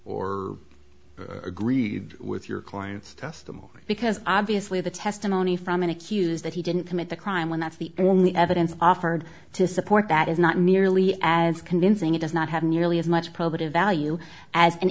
or agreed with your client's testimony because obviously the testimony from an accused that he didn't commit the crime when that's the only evidence offered to support that is not nearly as convincing it does not have nearly as much probative value as an